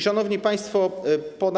Szanowni Państwo!